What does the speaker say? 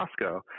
Costco